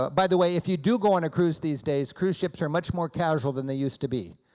but by the way, if you do go on a cruise these days, cruise ships are much more casual than they used to be.